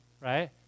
right